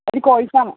ഒരു കോഴി ഫാമ്